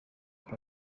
muri